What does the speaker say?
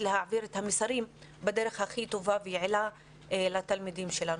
להעביר את המסרים בדרך הכי טובה ויעילה לתלמידים שלנו?